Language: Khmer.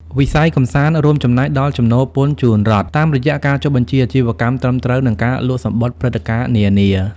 វិស័យកម្សាន្តរួមចំណែកដល់ចំណូលពន្ធជូនរដ្ឋ តាមរយៈការចុះបញ្ជីអាជីវកម្មត្រឹមត្រូវ និងការលក់សំបុត្រព្រឹត្តិការណ៍នានា។